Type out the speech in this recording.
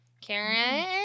Karen